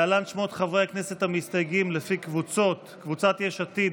להלן שמות חברי הכנסת המסתייגים לפי קבוצות: קבוצת סיעת יש עתיד,